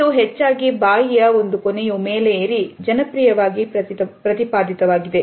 ಇದು ಹೆಚ್ಚಾಗಿ ಬಾಯಿ ಒಂದು ಕೊನೆಯು ಮೇಲೆ ಏರಿ ಜನಪ್ರಿಯವಾಗಿ ಪ್ರತಿಪಾದಿತವಾಗಿದೆ